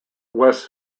west